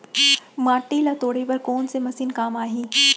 माटी ल तोड़े बर कोन से मशीन काम आही?